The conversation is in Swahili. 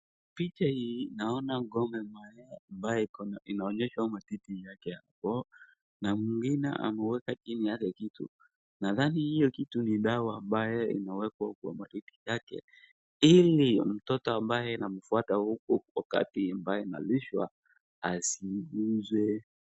Picha hii, naona ng'ombe ambaye inaonyesha matiti yake hapo, na mwingine ameweka chini yake kitu, nadhani hiyo kitu ni dawa ambaye imewekwa kwa matiti yake, ili mtoto ambaye anmfwata huku wakati ambaye analishwa asiguze.